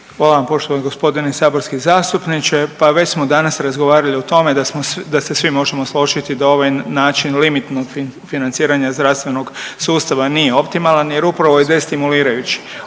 Hvala vam poštovani gospodine saborski zastupniče. Pa već smo danas razgovarali o tome da se svi možemo složiti da ovaj način limitnog financiranja zdravstvenog sustava nije optimalan, jer upravo je destimulirajući.